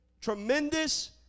tremendous